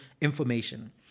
information